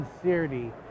sincerity